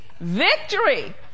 Victory